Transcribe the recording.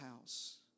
house